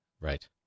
Right